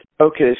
Okay